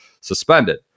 suspended